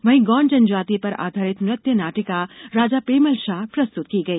वहीं गोंड जनजातीय पर आधारित नृत्य नाटिका राजा पेमलशाह प्रस्तुत की गई